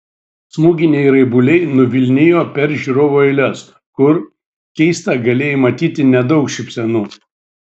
smūginiai raibuliai nuvilnijo per žiūrovų eiles kur keista galėjai matyti nedaug šypsenų